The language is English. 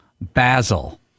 Basil